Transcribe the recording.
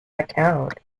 account